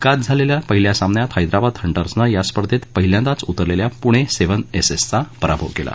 काल झालखा पहिल्याच सामन्यात हैद्राबाद हंटर्सनं या स्पर्धेत पहिल्यांदाच उतरलखा पूण सद्धिन एसेस चा पराभव कल्ला